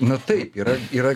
na taip yra yra